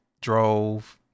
drove